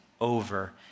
over